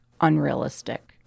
unrealistic